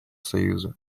союза